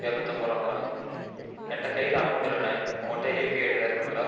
இரநூத்து ஐம்பதுரூவாங்களா என்கிட்ட கையில் அமௌன்ட் இல்லைண்ணே உங்கள்கிட்ட யுபிஐ ஐடி ஏதாவது இருக்குதுங்களா